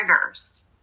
triggers